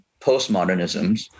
postmodernisms